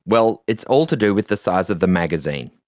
well, it's all to do with the size of the magazine.